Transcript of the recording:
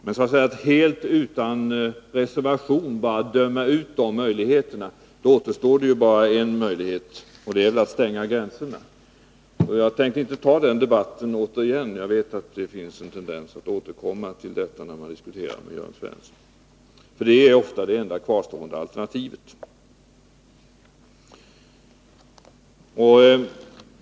Men om man helt utan reservation bara dömer ut de möjligheterna, återstår bara ett alternativ, och det är att stänga gränserna — jag tänker inte ge mig in i den debatten återigen, för jag vet att det finns en tendens hos Jörn Svensson att återkomma till den i diskussionerna.